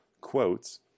quotes